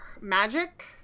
magic